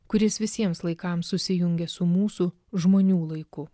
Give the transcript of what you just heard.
kuris visiems laikams susijungė su mūsų žmonių laiku